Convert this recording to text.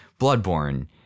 Bloodborne